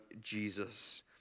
Jesus